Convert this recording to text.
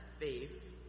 faith